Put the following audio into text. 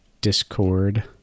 Discord